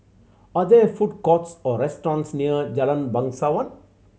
are there food courts or restaurants near Jalan Bangsawan